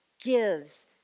gives